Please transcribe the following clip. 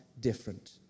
different